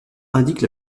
indiquent